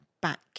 back